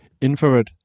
infrared